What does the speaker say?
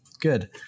good